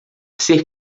ser